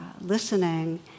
listening